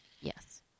Yes